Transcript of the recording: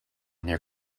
near